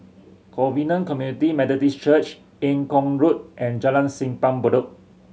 Covenant Community Methodist Church Eng Kong Road and Jalan Simpang Bedok